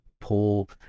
pull